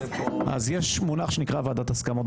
יש מונח בכנסת שנקרא ועדת הסכמות.